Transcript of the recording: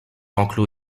enclos